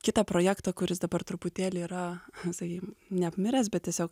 kitą projektą kuris dabar truputėlį yra sakyim neapmiręs bet tiesiog